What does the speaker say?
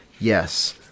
Yes